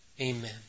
Amen